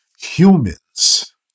humans